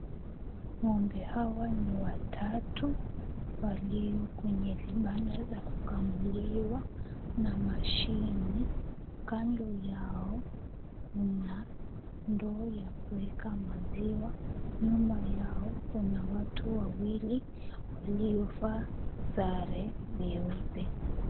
Ng'ombe hawa ni watatu walio kwenye vibanda za kukamuliwa na mashine. Kando yao kuna ndoo ya kuweka maziwa, nyuma yao kuna watu wawili waliovaa sare zeupe.